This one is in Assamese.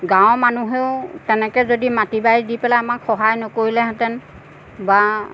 গাঁৱৰ মানুহেও তেনেকৈ যদি মাটি বাৰী দি পেলাই আমাক সহায় নকৰিলেহেঁতেন বা